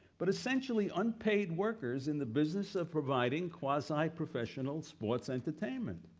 but essentially, unpaid workers in the business of providing quasi-professional sports entertainment.